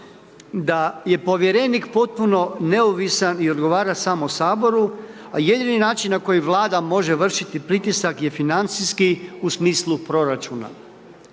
da je povjerenik potpuno neovisan i dogovara samo saboru, a jedini način na koji Vlada može vršiti pritisak je financijski u smislu proračuna.